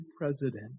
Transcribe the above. president